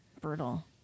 Brutal